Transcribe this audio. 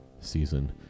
season